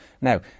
now